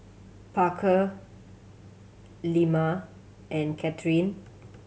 Parker Ilma and Kathrine